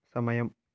సమయం